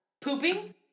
Pooping